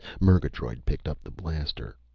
murgatroyd picked up the blaster.